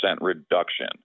reduction